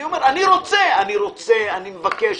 אני אומר: אני רוצה, אני מבקש.